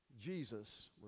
Jesus